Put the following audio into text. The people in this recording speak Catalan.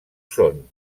són